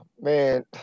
man